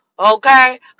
Okay